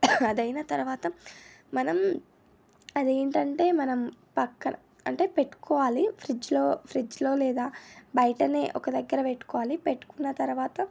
అది అయిన తర్వాత మనం అదేంటంటే మనం పక్క అంటే పెట్టుకోవాలి ఫ్రిడ్జ్లో ఫ్రిడ్జ్లో లేదా బయటనే ఒక దగ్గర పెట్టుకోవాలి పెట్టుకున్న తర్వాత